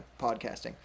podcasting